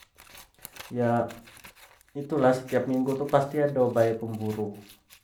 Ya itu lah setiap minggu tu pasti ado bae pemburu.